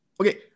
okay